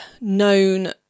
known